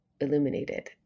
illuminated